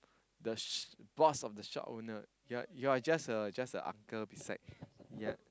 the sh~ boss of the shop owner ya you're just a just a uncle beside ya